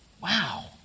Wow